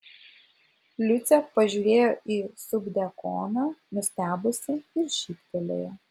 liucė pažiūrėjo į subdiakoną nustebusi ir šyptelėjo